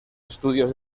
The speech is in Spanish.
estudios